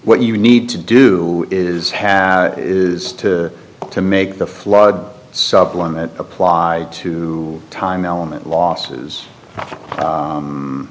what you need to do is have is to make the flood supplement apply to time element losses